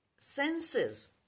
Senses